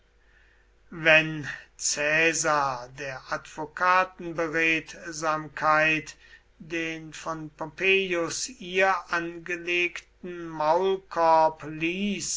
wenn caesar der advokatenberedsamkeit den von pompeius ihr angelegten maulkorb ließ